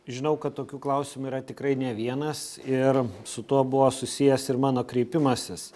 žinau kad tokių klausimų yra tikrai ne vienas ir su tuo buvo susijęs ir mano kreipimasis